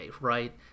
right